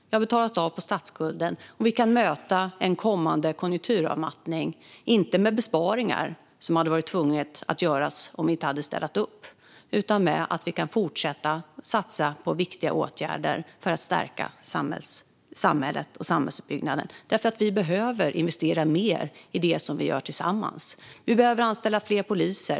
Vi har betalat av på statsskulden och kan möta en kommande konjunkturavmattning inte med besparingar, som vi hade behövt om vi inte hade städat upp, utan med att fortsätta satsa på viktiga åtgärder för att stärka samhället och samhällsuppbyggnaden. Vi behöver nämligen investera mer i det vi gör tillsammans. Vi behöver anställa fler poliser.